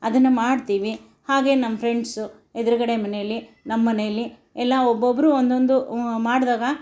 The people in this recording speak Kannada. ಅದನ್ನು ಮಾಡ್ತೀವಿ ಹಾಗೆ ನಮ್ಮ ಫ್ರೆಂಡ್ಸ್ ಎದುರುಗಡೆ ಮನೆಯಲ್ಲಿ ನಮ್ಮನೆಯಲ್ಲಿ ಎಲ್ಲ ಒಬ್ಬೊಬ್ಬರು ಒಂದೊಂದು ಮಾಡಿದಾಗ